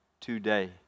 today